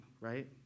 right